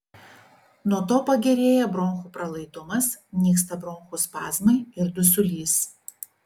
nuo to pagerėja bronchų pralaidumas nyksta bronchų spazmai ir dusulys